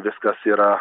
viskas yra